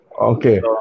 okay